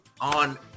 on